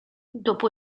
dopo